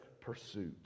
pursuit